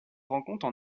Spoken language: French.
rencontre